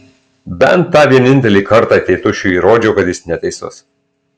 bent tą vienintelį kartą tėtušiui įrodžiau kad jis neteisus